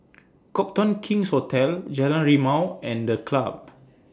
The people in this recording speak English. Copthorne King's Hotel Jalan Rimau and The Club